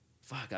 fuck